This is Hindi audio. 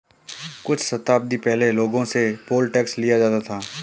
कुछ शताब्दी पहले लोगों से पोल टैक्स लिया जाता था